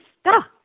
stuck